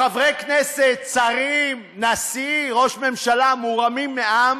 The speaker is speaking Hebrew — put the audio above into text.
חברי כנסת, שרים, נשיא, ראש ממשלה, מורמים מעם?